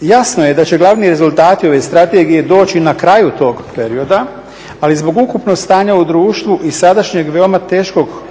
Jasno je da će glavni rezultati ove strategije doći na kraju tog perioda, ali zbog ukupnog stanja u društvu i sadašnjeg veoma teškog